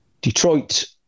Detroit